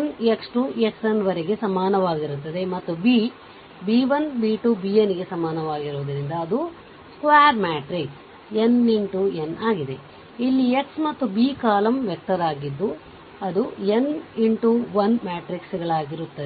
1 x 2 xn ವರೆಗೆ ಸಮಾನವಾಗಿರುತ್ತದೆ ಮತ್ತು B b 1 b 2 bn ಗೆ ಸಮಾನವಾಗಿರುವುದರಿಂದ ಅದು ಸ್ಕ್ವಾರ್ ಮ್ಯಾಟ್ರಿಕ್ಸ್ nXn ಆಗಿದೆ ಇಲ್ಲಿ x ಮತ್ತು b ಕಾಲಮ್ ವೆಕ್ಟರ್ ಆಗಿದ್ದು ಅದು nX1 ಮ್ಯಾಟ್ರಿಕ್ಗಳಾಗಿರುತ್ತದೆ